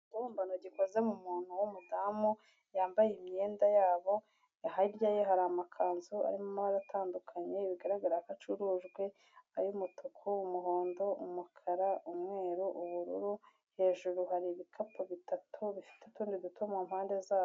Ikibumbano gikoze mu muntu w'umudamu, yambaye imyenda yabo hirya ye hari amakanzu arimo amara atandukanye bigaragara ko acurujwe, ay'umutuku, umuhondo, umukara, umweru, ubururu hejuru hari ibikapu bitatu bifite utundi duto mu mpande zabyo.